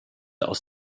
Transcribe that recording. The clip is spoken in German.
aus